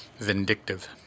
vindictive